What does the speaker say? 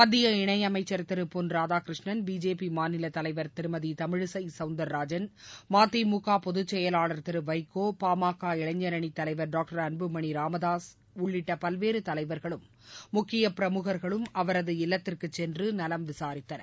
மத்திய இணையமைச்சர் திரு பொன் ராதாகிருஷ்ணன் பிஜேபி மாநில தலைவர் திருமதி தமிழிசை சௌந்தர்ராஜன் மதிமுக பொதுச்செயலாளர் திரு வைகோ பாமக இளைஞரணி தலைவர் டாக்டர் அன்புமணி ராமதாஸ் உள்ளிட்ட பல்வேறு தலைவர்களும் முக்கிய பிரமுகர்களும் அவரது இல்லத்துக்குச் சென்று நலம் விசாரித்தனர்